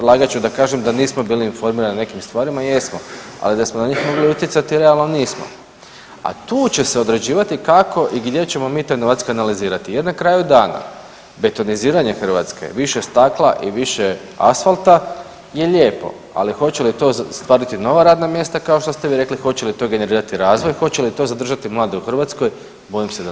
Lagat ću da kažem da nismo bili informirani o nekim stvarima, jesmo, ali da smo na njih mogli utjecati, realno, nismo a tu će se određivati kako i gdje ćemo mi taj novac kanalizirati jer na kraju dana, betoniziranje Hrvatske više stakla i više asfalta je lijepo, ali hoće li to stvoriti nova radna mjesta, kao što ste vi rekli, hoće li to generirati razvoj, hoće li to zadržati mladi u Hrvatskoj, bojim se da ne.